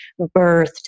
birthed